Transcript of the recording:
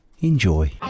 enjoy